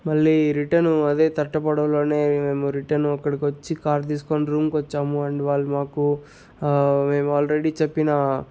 మళ్ళీ రిటర్న్ అదే తట్ట పడవలోనే మేము రిటను అక్కడకు వచ్చి కార్ తీసుకొని రూమ్కొచ్చాము అండ్ వాళ్ళు మాకు మేము ఆల్రెడీ చెప్పినా